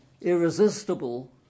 irresistible